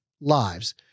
lives